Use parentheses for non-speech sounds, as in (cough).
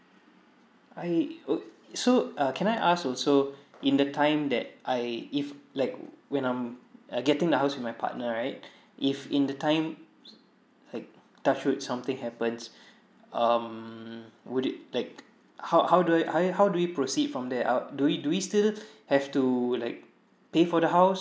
I oh so uh can I ask also in the time that I if like when I'm I uh getting the house my partner right if in the time (noise) like touch wood something happens um would it like how how do I I how do we proceed from there uh do we do we still have to like pay for the house